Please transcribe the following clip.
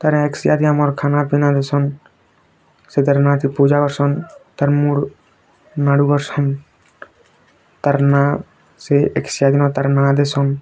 ତା'ପରେ ଏକ୍ଶିଆ କି ଆମର୍ ଖାନା ପିନା କରସନ୍ ସେଥିରେ ନା କି ପୂଜା କରସନ୍ ତାର୍ ମୁଡ଼୍ ନାଂଡୁ କରସନ୍ କାରନ୍ ସେ ଏକ୍ଶିଆ ଦିନ ତା'ର ନାଁ ଦେଇସନ୍